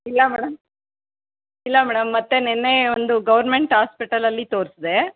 ಇಲ್ಲ ಮೇಡಮ್ ಇಲ್ಲ ಮೇಡಮ್ ಮತ್ತೆ ನಿನ್ನೆ ಒಂದು ಗೌರ್ಮೆಂಟ್ ಆಸ್ಪೆಟಲಲ್ಲಿ ತೋರಿಸ್ದೆ